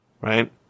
Right